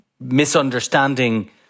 misunderstanding